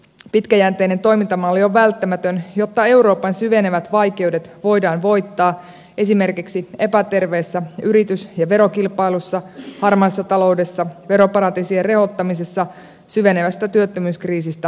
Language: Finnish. pitkäjänteinen toimintamalli on välttämätön jotta euroopan syvenevät vaikeudet voidaan voittaa esimerkiksi epäterveessä yritys ja verokilpailussa harmaassa taloudessa ja veroparatiisien rehottamisessa syvenevästä työttömyyskriisistä puhumattakaan